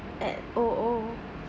at O O